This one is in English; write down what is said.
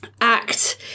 act